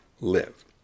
live